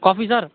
coffee sir